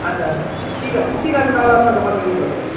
আচ্ছা আচ্ছা ঠিক আছে ঠিক আছে তাহলে আপনার দোকানে গিয়ে কথা বলছি